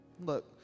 Look